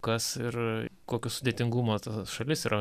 kas ir kokio sudėtingumo ta šalis yra